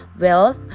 wealth